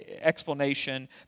explanation